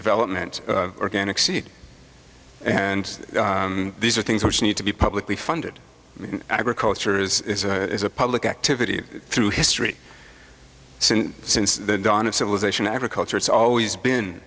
development organic seed and these are things which need to be publicly funded agriculture is a public activity through history since since the dawn of civilization agriculture it's always been